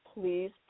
please